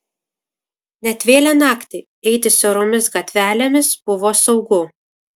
net vėlią naktį eiti siauromis gatvelėmis buvo saugu